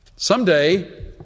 Someday